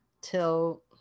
till